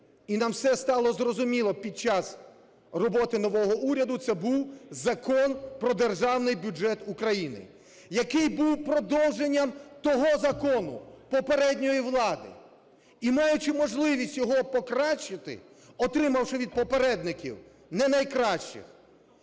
і нам все стало зрозуміло під час роботи нового уряду, це був Закон про Державний бюджет України, який був продовженням того закону попередньої влади. І маючи можливість його покращити, отримавши від попередників не найкращих,